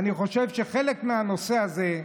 אני חושב שחלק מהנושא הזה,